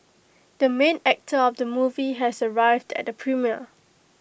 the main actor of the movie has arrived at the premiere